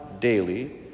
daily